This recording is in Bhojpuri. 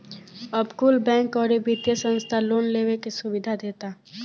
अब कुल बैंक, अउरी वित्तिय संस्था लोन लेवे के सुविधा देता